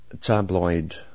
tabloid